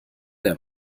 der